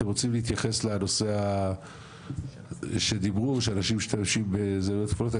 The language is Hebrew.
אתם רוצים להתייחס לנושא שדיברו שאנשים משתמשים בזהויות כפולות?